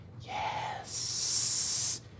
Yes